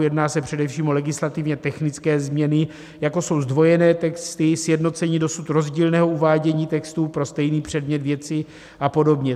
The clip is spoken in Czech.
Jedná se především o legislativně technické změny, jako jsou zdvojené texty, sjednocení dosud rozdílného uvádění textů pro stejný předmět věci a podobně.